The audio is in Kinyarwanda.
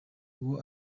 uwo